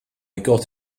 got